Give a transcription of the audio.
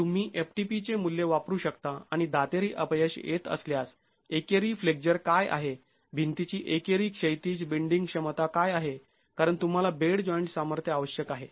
तुम्ही ftp चे मूल्य वापरू शकता आणि दातेरी अपयश येत असल्यास एकेरी फ्लेक्झर काय आहे भिंतीची एकेरी क्षैतिज बेंडीग क्षमता काय आहे कारण तुम्हाला बेड जॉइंट सामर्थ्य आवश्यक आहे